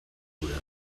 dura